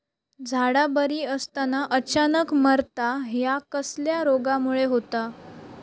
झाडा बरी असताना अचानक मरता हया कसल्या रोगामुळे होता?